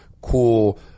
cool